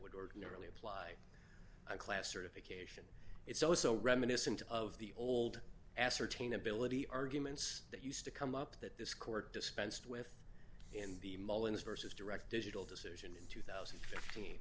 would ordinarily apply a class certification it's also reminiscent of the old ascertain ability arguments that used to come up that this court dispensed with in the mullins versus direct digital decision in two thousand and fifteen